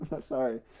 Sorry